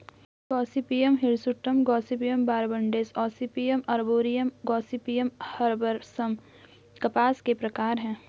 Gossypium hirsutum, Gossypium barbadense, Gossypium arboreum, Gossypium herbaceum कपास के प्रकार है